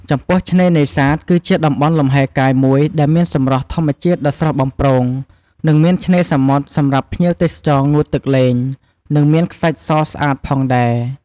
ចំពោះឆ្នេរនេសាទ គឺជាតំបន់លំហែកាយមួយដែលមានសម្រស់ធម្មជាតិដ៏ស្រស់បំព្រង និងមានឆ្នេរសមុទ្រសម្រាប់ភ្ញៀវទេសចរងូតទឹកលេង និងមានខ្សាច់សស្អាតផងដែរ។